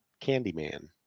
Candyman